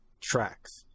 tracks